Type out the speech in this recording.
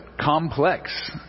complex